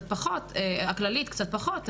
הכללית קצת פחות,